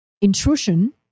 intrusion